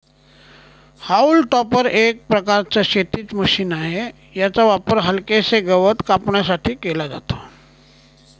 haulm topper एक प्रकारचं शेतीच मशीन आहे, याचा वापर हलकेसे गवत कापण्यासाठी केला जातो